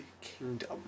Kingdom